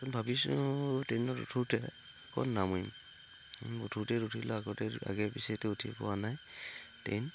ভাবিছোঁ ট্ৰেইনত উঠোঁতে উঠোঁতে উঠিলে আগতে আগে পিছেতে উঠি পোৱা নাই ট্ৰেইন